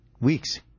weeks